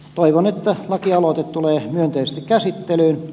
toivon että lakialoite tulee myönteisesti käsittelyyn